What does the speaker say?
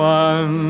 one